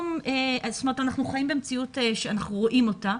אנחנו חיים במציאות שאנחנו מכירים אותה,